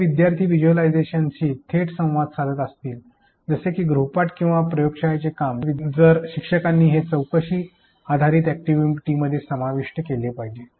जर विद्यार्थी व्हिज्युअलायझेशनशी थेट संवाद साधत असतील जसे की गृहपाठ किंवा प्रयोगशाळेचे काम तर शिक्षकांनी हे चौकशी आधारित अॅक्टिव्हिटीमध्ये समाविष्ट केले पाहिजे